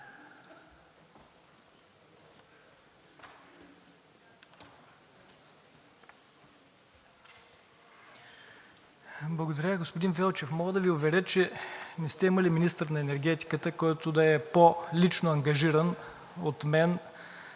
Благодаря. Господин Вълчев, мога да Ви уверя, че не сте имали министър на енергетиката, който да е по-лично ангажиран от мен